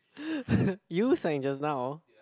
you sang just now